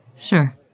Sure